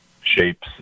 shapes